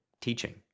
teaching